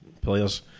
players